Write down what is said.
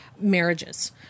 marriages